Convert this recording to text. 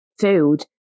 food